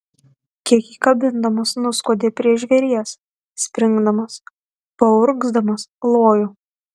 kiek įkabindamas nuskuodė prie žvėries springdamas paurgzdamas lojo